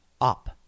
up